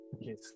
yes